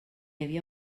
havia